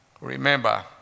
Remember